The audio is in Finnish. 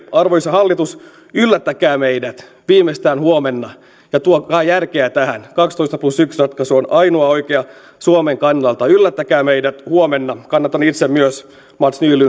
arvoisa hallitus yllättäkää meidät viimeistään huomenna ja tuokaa järkeä tähän kaksitoista plus yksi ratkaisu on ainoa oikea suomen kannalta yllättäkää meidät huomenna kannatan itse myös mats nylundin